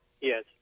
Yes